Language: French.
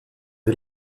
eux